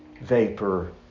Vapor